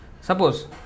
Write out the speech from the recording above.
Suppose